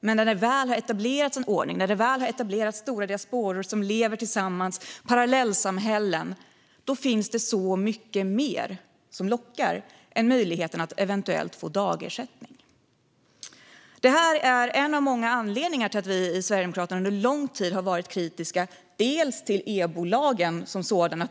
Men när det väl har etablerats en ordning där stora diasporor lever i parallellsamhällen finns det mycket mer som lockar än möjligheten att eventuellt få dagersättning. Detta är en av många anledningar till att vi i Sverigedemokraterna under en lång tid har varit kritiska till EBO-lagen som sådan.